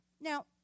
Now